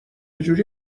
جوری